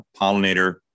pollinator